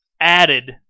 added